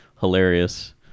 hilarious